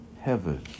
heaven